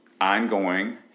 ongoing